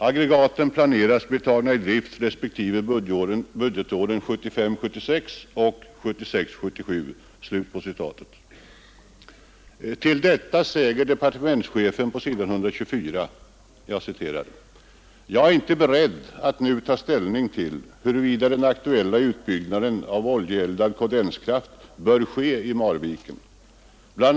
Aggregaten planeras bli tagna i drift resp. budgetåren 1975 77.” Till detta säger departementschefen på s. 124: ”Jag är inte beredd att nu ta ställning till huruvida den aktuella utbyggnaden av oljeeldad kondenskraft bör ske i Marviken. BI.